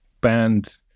banned